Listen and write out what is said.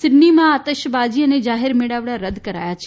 સીડનીમાં આતીશબાજી અને જાહેર મેળાવડા રદ કરાયા છે